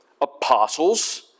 apostles